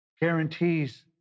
guarantees